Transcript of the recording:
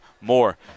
more